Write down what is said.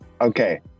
Okay